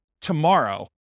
tomorrow